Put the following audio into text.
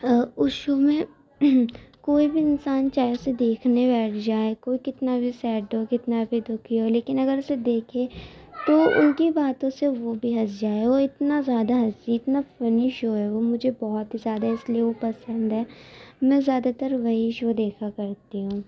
اس show میں کوئی بھی انسان چاہے اسے دیکھنے بیٹھ جائے کوئی کتنا بھی سیڈ ہو کتنا بھی دکھی ہو لیکن اگر اسے دیکھے تو ان کی باتوں سے وہ بھی ہنس جائے وہ اتنا زیادہ ہنسی اتنا فنی شو ہے وہ مجھے بہت ہی زیادہ اس لیے وہ پسند ہے میں زیادہ تر وہی شو دیکھا کرتی ہوں